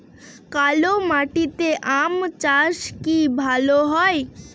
কালো মাটিতে আম চাষ কি ভালো হয়?